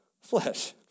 flesh